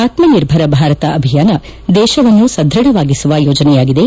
ಆತ್ಮನಿರ್ಭರ ಭಾರತ್ ಅಭಿಯಾನ ದೇಶವನ್ನು ಸದ್ಭಢವಾಗಿಸುವ ಯೋಜನೆಯಾಗಿದೆ